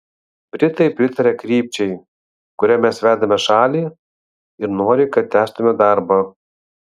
britai pritaria krypčiai kuria mes vedame šalį ir nori kad tęstume darbą